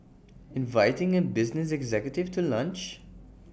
inviting A business executive to lunch